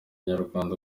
nyarwanda